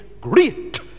great